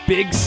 Big